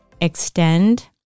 extend